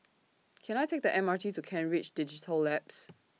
Can I Take The M R T to Kent Ridge Digital Labs